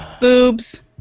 Boobs